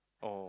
oh